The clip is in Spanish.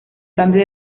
cambio